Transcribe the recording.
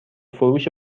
فروش